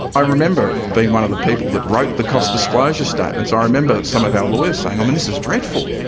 i remember being one of the people that wrote the cost disclosure statements. i remember some of our lawyers saying, i mean, this is dreadful.